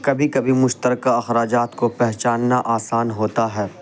کبھی کبھی مشترکہ اخراجات کو پہچاننا آسان ہوتا ہے